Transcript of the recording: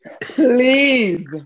Please